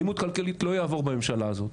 אלימות כלכלית לא יעבור בממשלה הזאת.